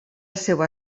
seva